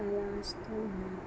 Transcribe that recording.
చాలా ఆశతో ఉన్నాను